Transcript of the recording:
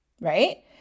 Right